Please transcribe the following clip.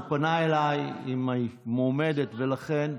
הוא פנה אליי עם מועמדת, ולכן,